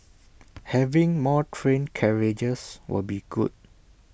having more train carriages will be good